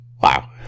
wow